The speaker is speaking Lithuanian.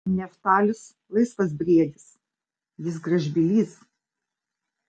neftalis laisvas briedis jis gražbylys